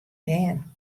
bern